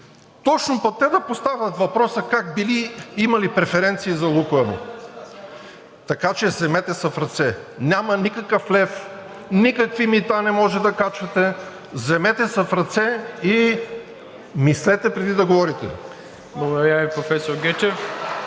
точно пък те да поставят въпроса как били имали преференции за „Лукойл“! Така че, вземете се в ръце! Няма никакъв лев, никакви мита не може да качвате. Вземете се в ръце и мислете, преди да говорите. (Ръкопляскания от „БСП